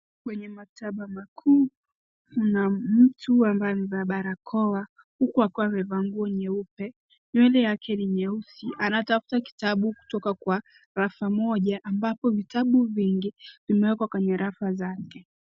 Kwenye maktaba makuu kuna mtu ambaye amevaa barakoa huku akiwa amevaa nguo nyeupe, nywele yake ni nyeusi. Anatafuta kitabu kutoka kwa rafa moja ambapo vitabu vingi vimewekwa kwenye rafa zake.